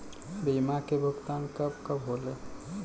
बीमा के भुगतान कब कब होले?